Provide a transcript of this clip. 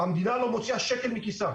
המדינה לא מוציאה שקל מכיסה.